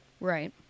Right